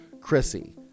Chrissy